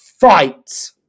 fight